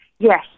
Yes